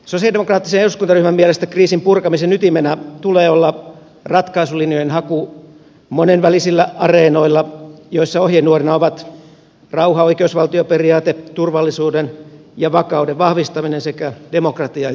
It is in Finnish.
sosialidemokraattisen eduskuntaryhmän mielestä kriisin purkamisen ytimenä tulee olla ratkaisulinjojen haku monenvälisillä areenoilla joissa ohjenuorina ovat rauha oikeusvaltioperiaate turvallisuuden ja vakauden vahvistaminen sekä demokratia ja ihmisoikeudet